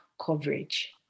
coverage